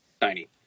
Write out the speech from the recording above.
Tiny